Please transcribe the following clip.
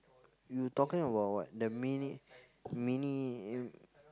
you talking about what the mini mini